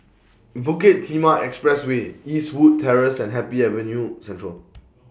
Bukit Timah Expressway Eastwood Terrace and Happy Avenue Central